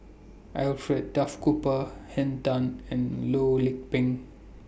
Alfred Duff Cooper Henn Tan and Loh Lik Peng